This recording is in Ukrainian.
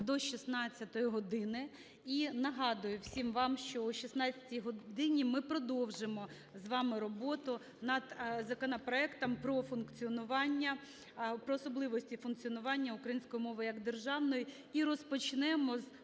до 16 години. І нагадую всім вам, що о 16 годині ми продовжимо з вами роботу над законопроектом про функціонування… про особливості функціонування української мови як державної, і розпочнемо